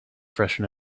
freshen